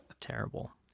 Terrible